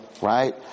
right